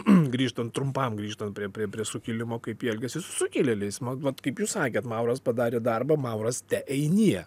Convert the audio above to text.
grįžtant trumpam grįžtant prie prie prie sukilimo kaip elgiasi su sukilėliais vat kaip jūs sakėt mauras padarė darbą mauras teeinie